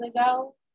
ago